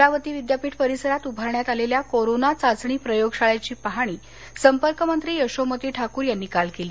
अमरावती विद्यापीठ परिसरात उभारण्यात आलेल्या कोरोना चाचणी प्रयोगशाळेची पाहणी संपर्कमंत्री यशोमती ठाकूर यांनी काल केली